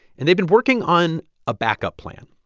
and they'd been working on a backup plan.